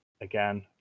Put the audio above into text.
Again